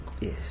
Yes